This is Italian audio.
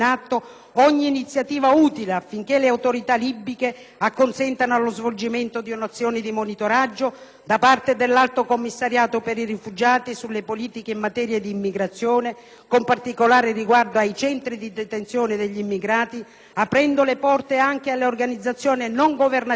ogni iniziativa utile affinché le autorità libiche acconsentano allo svolgimento di un'azione di monitoraggio, da parte dell'Alto commissariato per i rifugiati, sulle politiche in materia di immigrazione, con particolare riguardo ai centri di detenzione degli immigrati, aprendo le porte anche alle organizzazioni non governative